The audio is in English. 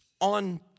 on